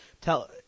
tell